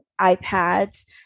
iPads